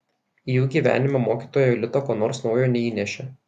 į jų gyvenimą mokytoja jolita ko nors naujo neįnešė